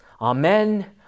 Amen